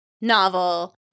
novel